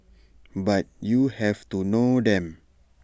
but you have to know them